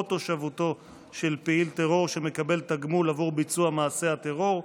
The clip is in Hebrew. תושבותו של פעיל טרור שמקבל תגמול עבור ביצוע מעשה הטרור.